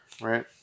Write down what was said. Right